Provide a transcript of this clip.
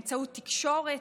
באמצעות תקשורת